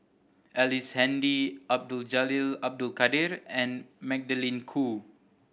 Ellice Handy Abdul Jalil Abdul Kadir and Magdalene Khoo